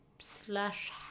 Slash